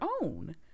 own